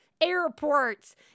airports